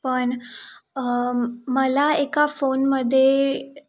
पण मला एका फोनमध्ये